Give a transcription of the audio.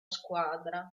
squadra